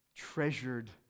Treasured